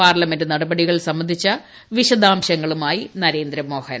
parliament നടപടികൾ സംബന്ധിച്ച കൂടുതൽ വിശദാംശങ്ങളുമായി നരേന്ദ്രമോഹൻ